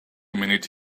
minute